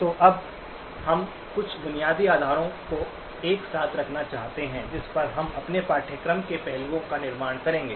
तो अब हम कुछ बुनियादी आधारों को एक साथ रखना चाहते हैं जिस पर हम अपने पाठ्यक्रम के पहलुओं का निर्माण करेंगे